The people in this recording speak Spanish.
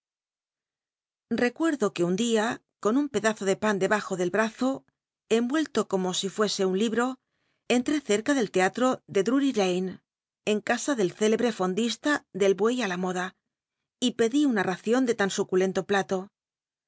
necuerdo ue un dia con un pedazo de pan de bajo del brazo envuelto como si fuese un libro cntré ccrca del lcatro de dmry lane en casa del celebre fond isla del buey á la moda y pedí una racion de tan suculento plato